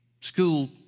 school